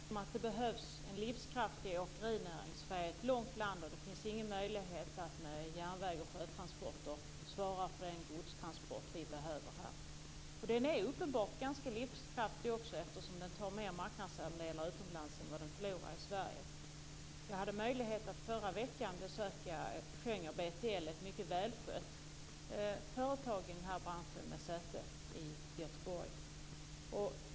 Fru talman! Vi är överens om att det behövs en livskraftig åkerinäring. Sverige är ett långt land, och det finns ingen möjlighet att med järnväg och sjötransporter svara för de godstransporter som vi behöver här. Åkerinäringen är uppenbarligen ganska livskraftig, eftersom den tar mer marknadsandelar utomlands än vad den förlorar i Sverige. Jag hade förra veckan möjlighet att besöka Schenker BTL, som är ett mycket välskött företag i den här branschen med säte i Göteborg.